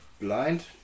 blind